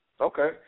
Okay